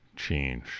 change